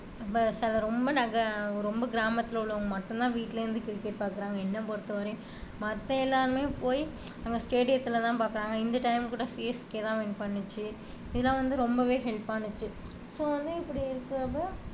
இப்போ சில ரொம்ப நக ரொம்ப கிராமத்தில் உள்ளவங்கள் மட்டும் தான் வீட்டிலேருந்து கிரிக்கெட் பார்க்குறாங்க என்னை பொறுத்த வரையும் மற்ற எல்லாேருமே போய் அங்கே ஸ்டேடியத்தில் தான் பார்க்குறாங்க இந்த டைம் கூட சிஎஸ்கே தான் வின் பண்ணுச்சு இதெல்லாம் வந்து ரொம்பவே ஹெல்ப்பானுச்சு ஸோ வந்து இப்படி இருக்கப்போது